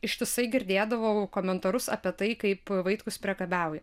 ištisai girdėdavau komentarus apie tai kaip vaitkus priekabiauja